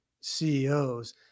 CEOs